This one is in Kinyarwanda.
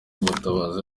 mutabazi